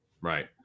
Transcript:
right